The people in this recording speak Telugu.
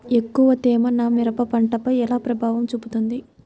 ఎక్కువ తేమ నా మిరప పంటపై ఎలా ప్రభావం చూపుతుంది?